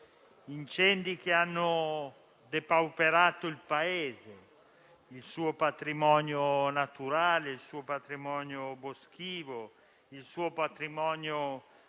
Incendi che hanno depauperato il Paese, il suo patrimonio naturale, il patrimonio boschivo e faunistico,